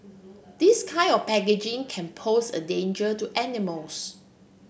this kind of packaging can pose a danger to animals